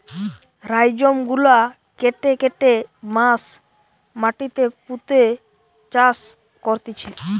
rhizome গুলা কেটে কেটে বাঁশ মাটিতে পুঁতে চাষ করতিছে